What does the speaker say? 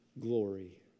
glory